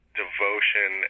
devotion